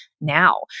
now